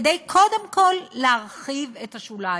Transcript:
כדי קודם כול להרחיב את השוליים.